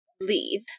leave